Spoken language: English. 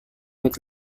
with